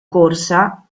corsa